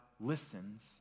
listens